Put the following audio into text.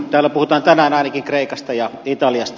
täällä puhutaan tänään ainakin kreikasta ja italiasta